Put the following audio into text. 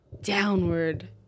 downward